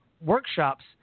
workshops